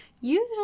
usually